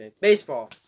baseball